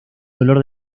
dolor